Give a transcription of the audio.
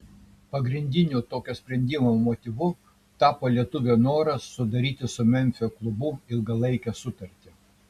pagrindiniu tokio sprendimo motyvu tapo lietuvio noras sudaryti su memfio klubu ilgalaikę sutartį